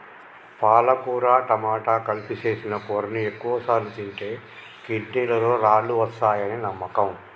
పాలకుర టమాట కలిపి సేసిన కూరని ఎక్కువసార్లు తింటే కిడ్నీలలో రాళ్ళు వస్తాయని నమ్మకం